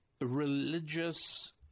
religious